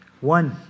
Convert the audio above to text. One